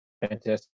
Fantastic